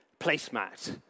placemat